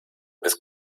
ist